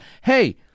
Hey